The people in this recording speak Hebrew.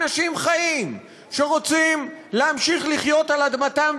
אנשים חיים שרוצים להמשיך לחיות על אדמתם,